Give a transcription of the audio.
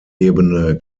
ebene